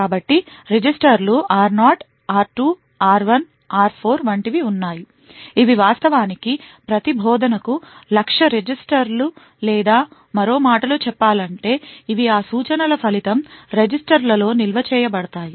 కాబట్టి రిజిస్టర్లు r0 r2 r1 మరియు r4 వంటివి ఉన్నాయి ఇవి వాస్తవానికి ప్రతి బోధనకు లక్ష్య రిజిస్టర్లు లేదా మరో మాటలో చెప్పాలంటే ఇవి ఆ సూచనల ఫలితం రెజిస్టర్లలో నిల్వ చేయబడతాయి